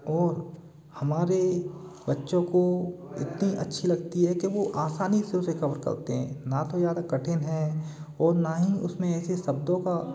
और हमारे बच्चों को इतनी अच्छी लगती है कि वो आसानी से उसे कवर करते हैं ना तो ज्यादा कठिन है और ना ही उसमें ऐसे शब्दों का